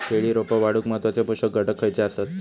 केळी रोपा वाढूक महत्वाचे पोषक घटक खयचे आसत?